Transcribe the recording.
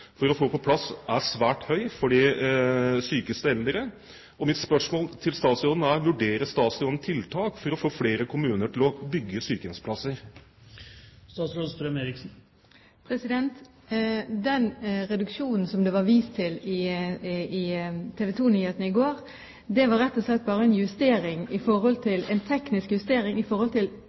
for å få plass er svært høy for de sykeste eldre. Mitt spørsmål til statsråden er: Vurderer statsråden tiltak for å få flere kommuner til å bygge sykehjemsplasser? Den reduksjonen som det var vist til i TV 2-nyhetene i går, var rett og slett bare en teknisk justering i forhold til tilskudd som ikke var brukt opp i